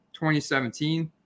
2017